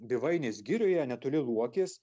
dievainės girioje netoli luokės